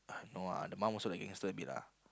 no ah the mum also like gangster a bit lah